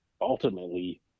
ultimately